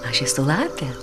aš esu lapė